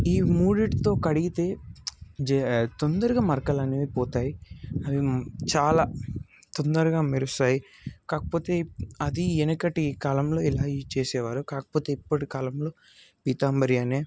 ఈ మూడింటితో కడిగితే తొందరగా మరకలు అనేవి పోతాయి అవి చాలా తొందరగా మెరుస్తాయి కాకపోతే అది వెనకటి కాలంలో ఇలా చేసేవారు కాకపోతే ఇప్పటి కాలంలో పీతాంబరి అనే